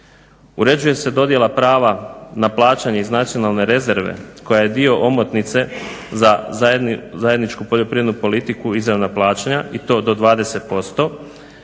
Uređuje se dodjela prava na plaćanja iz nacionalne rezerve koja je dio omotnice za zajedničku poljoprivrednu politiku i izravna plaćanja i to do 20%